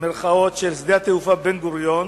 של שדה התעופה בן-גוריון,